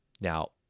now